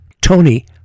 Tony